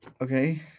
Okay